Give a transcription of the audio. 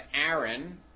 Aaron